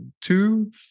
two